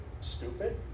stupid